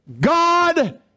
God